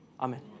Amen